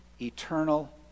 eternal